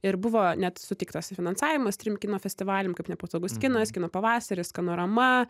ir buvo net suteiktas finansavimas trim kino festivaliam kaip nepatogus kinas kino pavasaris skanorama